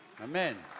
Amen